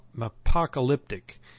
Apocalyptic